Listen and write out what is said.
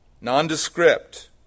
Nondescript